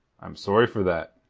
i'm sorry for that,